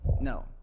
No